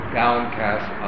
downcast